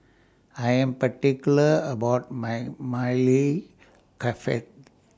I Am particular about My Maili